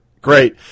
Great